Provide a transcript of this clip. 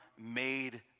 made